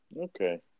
Okay